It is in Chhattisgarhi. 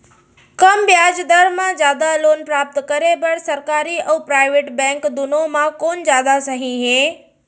कम ब्याज दर मा जादा लोन प्राप्त करे बर, सरकारी अऊ प्राइवेट बैंक दुनो मा कोन जादा सही हे?